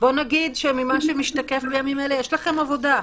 בוא נגיד שממה שמשתקף בימים אלה, יש לכם עבודה.